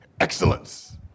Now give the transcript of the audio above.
Excellence